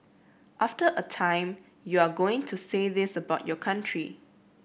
after a time you are going to say this about your country